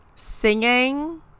Singing